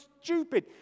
stupid